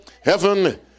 heaven